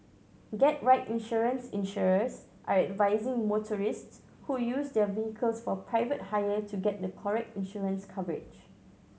get right insurance Insurers are advising motorists who use their vehicles for private hire to get the correct insurance coverage